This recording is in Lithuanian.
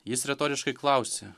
jis retoriškai klausia